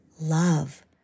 love